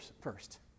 first